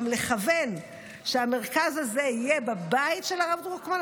גם לכוון שהמרכז הזה יהיה בבית של הרב דרוקמן,